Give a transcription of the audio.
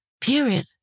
Period